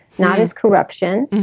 not his corruption,